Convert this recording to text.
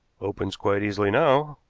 opens quite easily now,